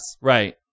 Right